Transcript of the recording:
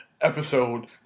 episode